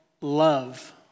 love